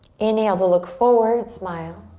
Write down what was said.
inhale to look forward, smile.